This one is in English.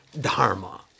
Dharma